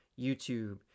YouTube